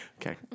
Okay